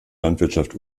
landwirtschaft